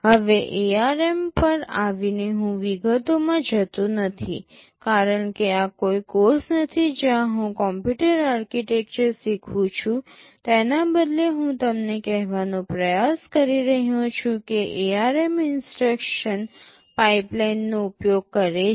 હવે ARM પર આવીને હું વિગતોમાં જતો નથી કારણ કે આ કોઈ કોર્ષ નથી જ્યાં હું કમ્પ્યુટર આર્કિટેક્ચર શીખવું છું તેના બદલે હું તમને કહેવાનો પ્રયાસ કરી રહ્યો છું કે ARM ઇન્સટ્રક્શન પાઈપલાઈનનો ઉપયોગ કરે છે